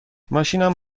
ماشینم